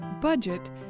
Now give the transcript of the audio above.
budget